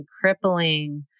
crippling